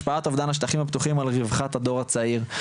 השפעת אובדן השטחים הפתוחים על רווחת הדור הצעיר.